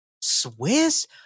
Swiss